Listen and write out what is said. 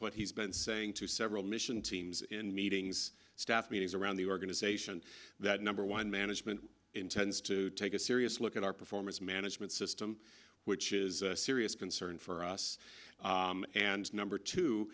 what he's been saying to several mission teams in meetings staff meetings around the organization that number one management intends to take a serious look at our performance management system which is a serious concern for us and number two